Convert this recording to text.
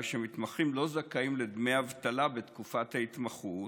שמתמחים לא זכאים לדמי אבטלה בתקופת ההתמחות.